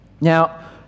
Now